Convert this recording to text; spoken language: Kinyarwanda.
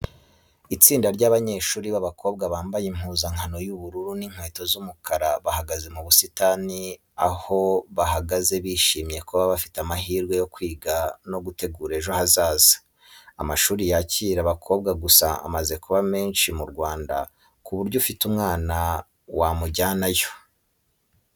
Itsinda ry'abanyeshuri b'abakobwa bambaye impuzankano z'ubururu n'inkweto z'umukara, bahagaze mu busitani aho bahagaze bishimye kuba bafite amahirwe yo kwiga no gutegura ejo hazaza. Amashuri yakira abakobwa gusa amaze kuba menshi mu Rwanda ku buryo ufite umwana wamujyanayo.